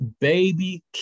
Baby